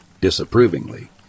disapprovingly